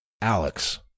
Alex